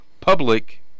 public